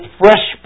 fresh